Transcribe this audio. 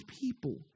people